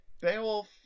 Beowulf